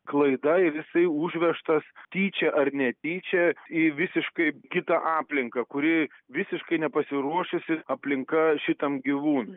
klaida ir jisai užvežtas tyčia ar netyčia į visiškai kitą aplinką kuri visiškai nepasiruošusi aplinka šitam gyvūnui